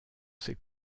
ces